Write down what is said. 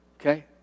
Okay